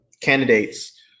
candidates